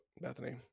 bethany